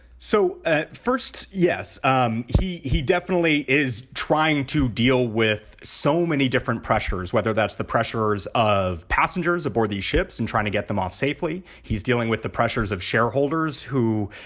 so ah first, yes, um he he definitely is trying to deal with so many different pressures, whether that's the pressures of passengers aboard these ships and trying to get them off safely. he's dealing with the pressures of shareholders who,